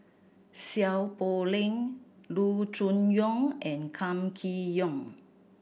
Seow Poh Leng Loo Choon Yong and Kam Kee Yong